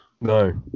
No